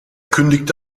kündigte